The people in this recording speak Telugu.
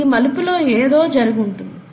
ఈ మలుపులో ఏదో జరిగి ఉంటుంది